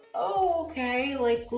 ok, like,